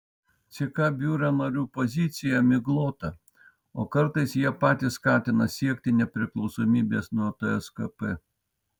ck biuro narių pozicija miglota o kartais jie patys skatina siekti nepriklausomybės nuo tskp